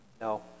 No